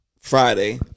friday